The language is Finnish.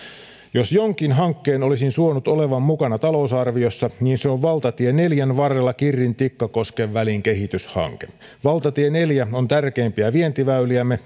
jos jonkin hankkeen olisin suonut olevan mukana talousarviossa niin se on valtatie neljän varrella kirri tikkakoski välin kehityshanke valtatie neljä on tärkeimpiä vientiväyliämme